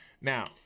Now